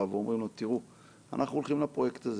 ואומרים לו: אנחנו הולכים לפרויקט הזה,